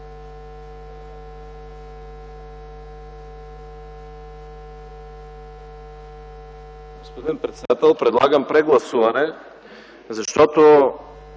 Господин председател, предлагам прегласуване, защото